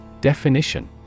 Definition